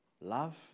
love